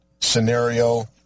scenario